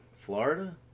Florida